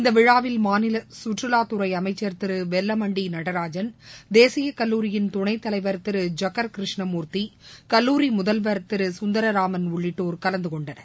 இந்தவிழாவில் மாநிலசுற்றுலாத்துறைஅமைச்சர் திருவெல்லமண்டிநடராஜன் தேசியகல்லூரியின் துணைத்தலைவர் திரு ஜக்கர் கிருஷ்ணமூர்த்தி கல்லூரி முதல்வர் திருகந்தரராமன் உள்ளிட்டோர் கலந்துகொண்டனர்